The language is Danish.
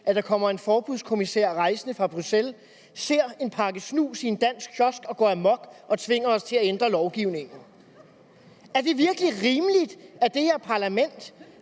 at der kommer en forbudskommissær rejsende fra Bruxelles, som ser en pakke snus i en dansk kiosk og går amok og tvinger os til at ændre lovgivningen. Er det virkelig rimeligt, at det her parlament